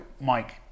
Mike